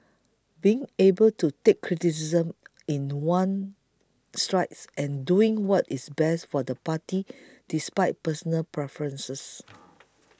being able to take criticism in one's strides and doing what is best for the party despite personal preferences